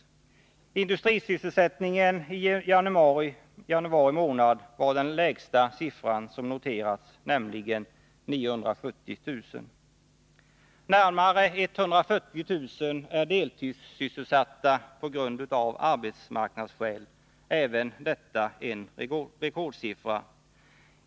Siffran för industrisysselsättningen i januari månad var den lägsta som noterats, nämligen 970 000. Närmare 140 000 är deltidssysselsatta av arbetsmarknadsskäl — även detta en rekordsiffra.